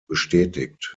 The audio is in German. bestätigt